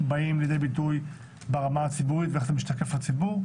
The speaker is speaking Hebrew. הדימוי הציבורי.